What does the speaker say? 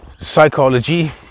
psychology